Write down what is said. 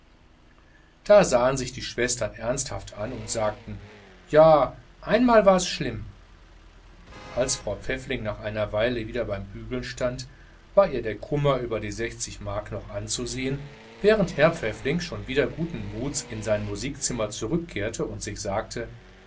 da sahen sich die schwestern ernsthaft an und sagten ja einmal war's schlimm als frau pfäffling nach einer weile wieder beim bügeln stand war ihr der kummer über die sechzig mark noch anzusehen während herr pfäffling schon wieder guten muts in sein musikzimmer zurückkehrte und sich sagte